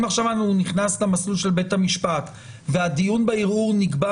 אם עכשיו הוא נכנס מסלול של בית המשפט והדיון בערעור נקבע